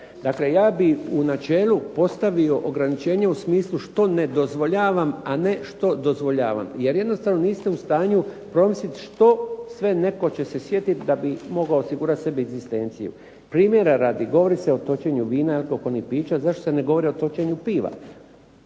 Dakle ja bih u načelu postavio ograničenje u smislu što ne dozvoljavam, a ne što dozvoljavam. Jer jednostavno niste u stanju promisliti što sve netko će se sjetiti da bi sebi mogao osigurati egzistenciju. Primjera radi, govori se o točenju vina i alkoholnih pića. Zašto se ne govori o točenju piva?